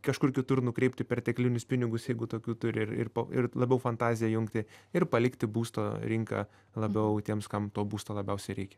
kažkur kitur nukreipti perteklinius pinigus jeigu tokių turi ir ir ir labiau fantaziją įjungti ir palikti būsto rinką labiau tiems kam to būsto labiausiai reikia